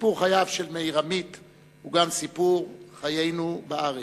סיפור חייו של מאיר עמית הוא גם סיפור חיינו בארץ.